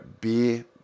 beer